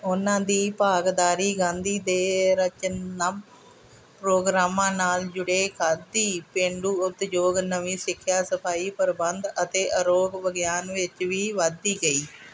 ਉਨ੍ਹਾਂ ਦੀ ਭਾਗੀਦਾਰੀ ਗਾਂਧੀ ਦੇ ਰਚਨਾ ਪ੍ਰੋਗਰਾਮਾਂ ਨਾਲ ਜੁੜੇ ਖਾਦੀ ਪੇਂਡੂ ਉਦਯੋਗ ਨਵੀਂ ਸਿੱਖਿਆ ਸਫ਼ਾਈ ਪ੍ਰਬੰਧ ਅਤੇ ਅਰੋਗ ਵਿਗਿਆਨ ਵਿੱਚ ਵੀ ਵਧਦੀ ਗਈ